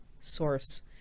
source